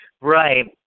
Right